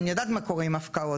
אני יודעת מה קורה עם הפקעות,